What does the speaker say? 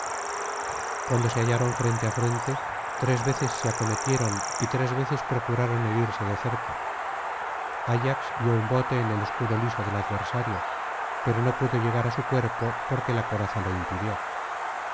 cuando se hallaron frente á frente tres veces se acometieron y tres veces procuraron herirse de cerca ayax dio un bote en el escudo liso del adversario pero no pudo llegar á su cuerpo porque la coraza lo impidió